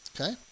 Okay